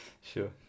Sure